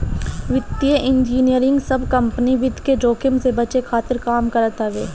वित्तीय इंजनियरिंग सब कंपनी वित्त के जोखिम से बचे खातिर काम करत हवे